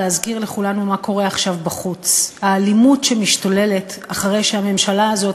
להזכיר לכולנו מה קורה עכשיו בחוץ: האלימות שמשתוללת אחרי שהממשלה הזאת,